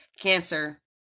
cancer